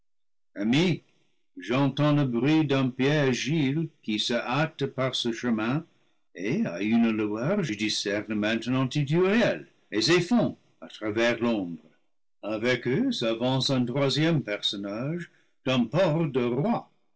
j'entends le bruit d'un pied agile qui se hâte par ce chemin et à une lueur je discerne maintenant ithuriel et zéphon à travers l'ombre avec eux s'avance un troisième personnage d'un port de roi